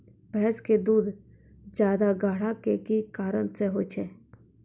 भैंस के दूध ज्यादा गाढ़ा के कि कारण से होय छै?